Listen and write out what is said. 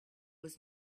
was